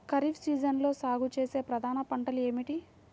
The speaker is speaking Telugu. ఖరీఫ్ సీజన్లో సాగుచేసే ప్రధాన పంటలు ఏమిటీ?